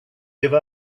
give